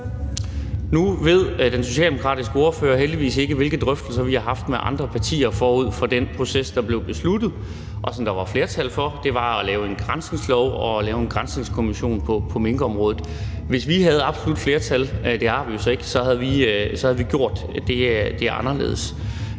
Nu ved den socialdemokratiske ordfører heldigvis ikke, hvilke drøftelser vi har haft med andre partier forud for den proces, det blev besluttet, og som der var flertal for. Det var at lave en granskningslov og lave en granskningskommission på minkområdet. Hvis vi havde absolut flertal – det har vi jo så ikke – havde vi gjort det anderledes.